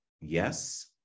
yes